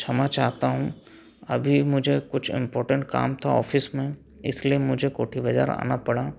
क्षमा चाहता हूँ अभी मुझे कुछ इंपॉर्टेंट काम था ऑफिस में इसलिए मुझे कोठी बाजार आना पड़ा